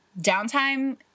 downtime